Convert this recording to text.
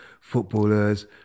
footballers